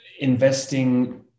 investing